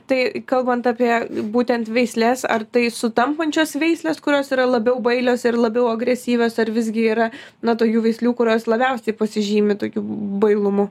tai kalbant apie būtent veislės ar tai sutampančios veislės kurios yra labiau bailios ir labiau agresyvios ar visgi yra na tokių veislių kurios labiausiai pasižymi tokiu bailumu